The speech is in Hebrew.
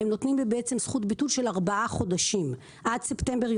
הם נותנים לי זכות ביטול של ארבעה חודשים עד ספטמבר,